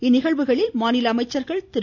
இந்நிகழ்வுகளில் மாநில அமைச்சர்கள் திரு